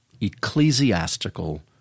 ecclesiastical